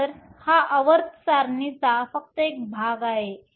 तर हा आवर्त सारणीचा फक्त एक भाग आहे